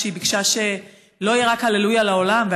שהיא ביקשה שלא יהיה רק הללויה לעולם,